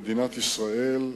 במדינת ישראל.